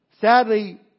Sadly